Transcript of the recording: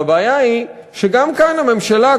והבעיה היא שגם כאן הממשלה,